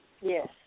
Yes